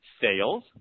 sales